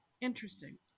Interesting